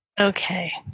Okay